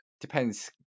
depends